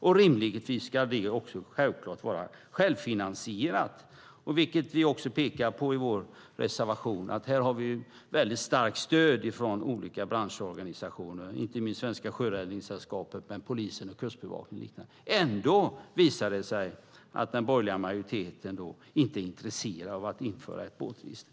Självklart ska det vara självfinansierat, vilket vi också pekar på i vår reservation. Här har vi ett väldigt starkt stöd från olika branschorganisationer, inte minst Sjöräddningssällskapet, polisen, Kustbevakningen och liknande. Ändå visar det sig att den borgerliga majoriteten inte är intresserad av att införa ett båtregister.